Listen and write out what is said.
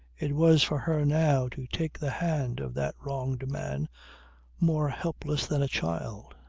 it was for her now to take the hand of that wronged man more helpless than a child.